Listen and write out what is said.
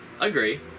Agree